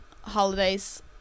holidays